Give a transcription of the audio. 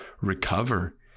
recover